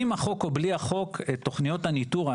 עם החוק או בלי החוק תוכניות הניתור,